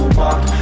walk